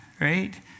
right